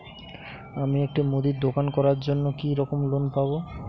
আমি একটি মুদির দোকান করার জন্য কি রকম লোন পাব?